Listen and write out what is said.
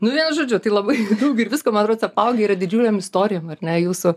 nu vienu žodžiu tai labai daug ir visko man rods apaugę yra didžiulėm istorijom ar ne jūsų